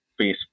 Facebook